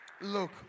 look